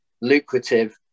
lucrative